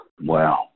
Wow